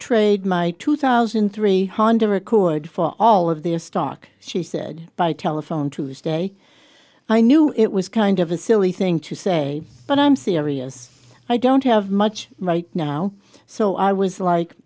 trade my two thousand three hundred record for all of their stock she said by telephone tuesday i knew it was kind of a silly thing to say but i'm serious i don't have much right now so i was like